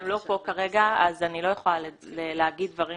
הם לא פה כרגע, אני לא יכולה להגיד דברים